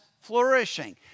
flourishing